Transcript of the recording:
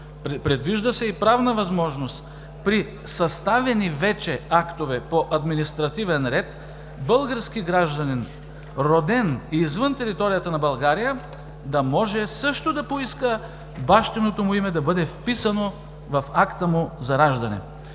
предвижда се и правна възможност при съставени вече актове по административен ред български гражданин, роден извън територията на България, да може също да поиска бащиното му име да бъде вписано в акта му за раждане.